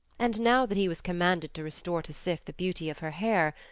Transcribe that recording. and now that he was commanded to restore to sif the beauty of her hair,